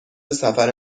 سفر